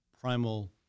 primal